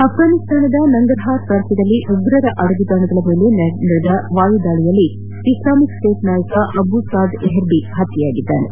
ಆಫ್ಲಾನಿಸ್ತಾನದ ನಂಗರ್ಹಾರ್ ಪ್ರಾಂತ್ಯದಲ್ಲಿ ಉಗ್ರರ ಅಡಗುತಾಣದ ಮೇಲೆ ನಡೆದ ವಾಯುದಾಳಿಯಲ್ಲಿ ಇಸ್ಲಾಮಿಕ್ ಸ್ಟೇಟ್ ನಾಯಕ ಅಬುಸಾದ್ ಎರ್ಹಬಿ ಹತ್ಯೆಯಾಗಿದ್ದಾನೆ